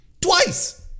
Twice